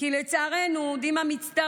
זה נושא כל כך חשוב, כמה דקות,